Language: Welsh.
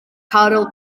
caryl